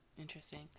Interesting